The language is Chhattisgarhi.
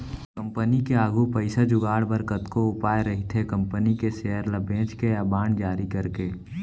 कंपनी के आघू पइसा जुगाड़ बर कतको उपाय रहिथे कंपनी के सेयर ल बेंच के या बांड जारी करके